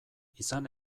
izan